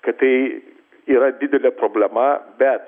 kad tai yra didelė problema bet